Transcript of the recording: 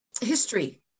history